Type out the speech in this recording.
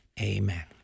Amen